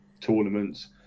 tournaments